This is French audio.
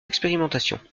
expérimentations